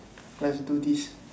let's do this